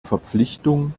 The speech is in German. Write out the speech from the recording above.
verpflichtung